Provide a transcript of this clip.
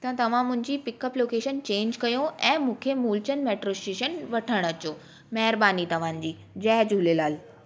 त तव्हां मुंहिंजी पिकअप लोकेशन चेंज कयो ऐं मूंखे मूलचंद मैट्रो स्टेशन वठणु अचो महिरबानी तव्हांजी जय झूलेलाल